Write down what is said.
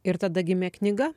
ir tada gimė knyga